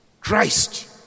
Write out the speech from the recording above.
Christ